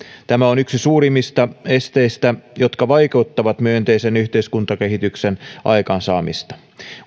tämä on yksi suurimmista esteistä joka vaikeuttaa myönteisen yhteiskuntakehityksen aikaansaamista